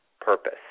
purpose